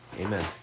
amen